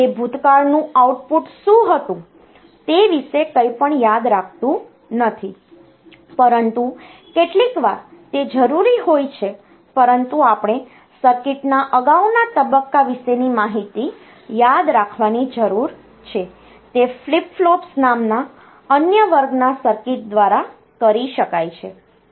તે ભૂતકાળનું આઉટપુટ શું હતું તે વિશે કંઈપણ યાદ રાખતું નથી પરંતુ કેટલીકવાર તે જરૂરી હોય છે પરંતુ આપણે સર્કિટના અગાઉના તબક્કા વિશેની માહિતી યાદ રાખવાની જરૂર છે તે ફ્લિપ ફ્લોપ્સ નામના અન્ય વર્ગના સર્કિટ દ્વારા કરી શકાય છે